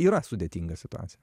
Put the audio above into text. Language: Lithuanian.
yra sudėtinga situacija